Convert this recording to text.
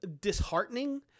Disheartening